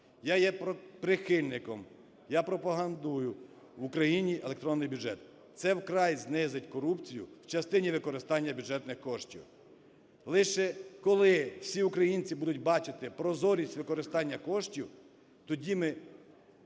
Я є прихильником, я пропагандую в Україні електронний бюджет. Це вкрай знизить корупцію в частині використання бюджетних коштів. Лише коли всі Українці будуть бачити прозорість використання коштів, тоді ми